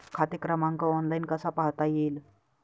खाते क्रमांक ऑनलाइन कसा पाहता येईल?